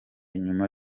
nyuma